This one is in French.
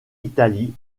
italie